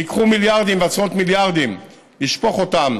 וייקחו מיליארדים ועשרות מיליארדים כדי לשפוך אותם